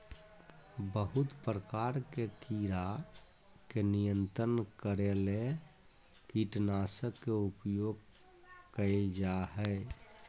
बहुत प्रकार के कीड़ा के नियंत्रित करे ले कीटनाशक के उपयोग कयल जा हइ